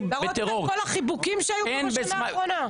בטרור --- להראות לך את כל החיבוקים שהיו פה בשנה האחרונה?